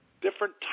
Different